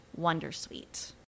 Wondersuite